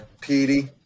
Petey